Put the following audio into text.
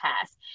past